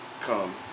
come